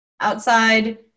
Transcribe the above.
outside